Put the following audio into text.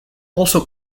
also